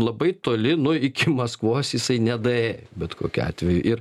labai toli nu iki maskvos jisai nedaėjo bet kokiu atveju ir